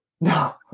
No